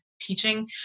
teaching